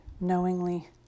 knowingly